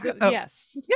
Yes